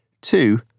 Two